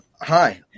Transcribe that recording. hi